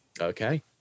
Okay